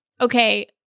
okay